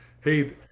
hey